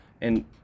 And-